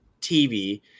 tv